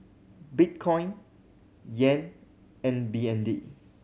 Bitcoin Yen and B N D